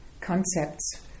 concepts